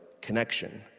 connection